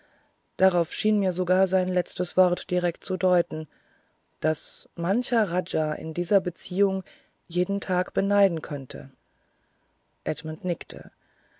darauf schien mir sogar sein letztes wort direkt zu deuten daß mancher raja in dieser beziehung jeden thag beneiden könnte edmund nickte